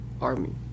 army